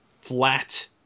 flat